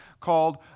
called